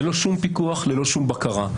ללא שום פיקוח, ללא שום בקרה.